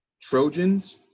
Trojans